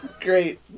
Great